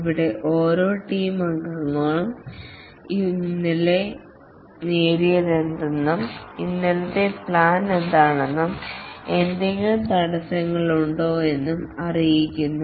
ഇവിടെ ഓരോ ടീം അംഗവും ഇന്നലെ നേടിയതെന്താണെന്നും ഇന്നത്തെ പ്ലാൻ എന്താണെന്നും എന്തെങ്കിലും തടസ്സങ്ങളുണ്ടെന്നും അറിയിക്കുന്നു